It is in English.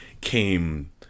came